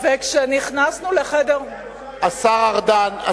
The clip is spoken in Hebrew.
היא צודקת, השר ארדן.